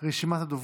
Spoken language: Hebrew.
חבר הכנסת טיבי,